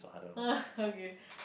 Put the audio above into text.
okay